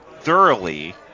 thoroughly